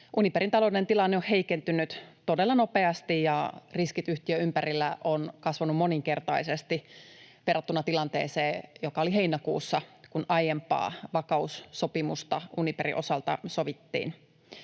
Uniperin taloudellinen tilanne on heikentynyt todella nopeasti, ja riskit yhtiön ympärillä ovat kasvaneet moninkertaisiksi verrattuna tilanteeseen, joka oli heinäkuussa, kun aiempaa vakaussopimusta Uniperin osalta sovittiin.